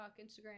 Instagram